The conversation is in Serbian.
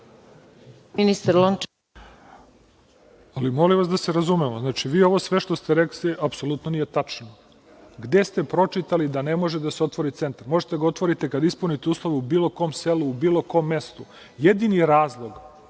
**Zlatibor Lončar** Molim vas da se razumemo. Sve što ste rekli apsolutno nije tačno. Gde ste pročitali da ne može da se otvori centar? Možete da ga otvorite kad ispunite uslove u bilo kom selu, u bilo kom mestu. Jedini razlog